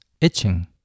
itching